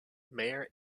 mare